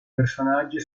personaggi